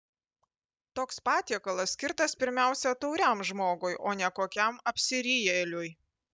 toks patiekalas skirtas pirmiausia tauriam žmogui o ne kokiam apsirijėliui